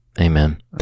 Amen